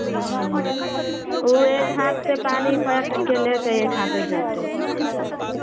हूँ ओ एक हाथसँ पानि पाटके लेतै एक हाथे जेतै